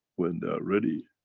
when they are ready,